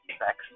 sex